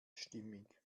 stimmig